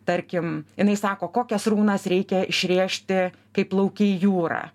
tarkim jinai sako kokias runas reikia išrėžti kai plauki jūra